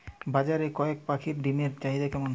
বাজারে কয়ের পাখীর ডিমের চাহিদা কেমন?